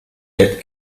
that